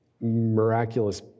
miraculous